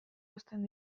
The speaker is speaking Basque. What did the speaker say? uzten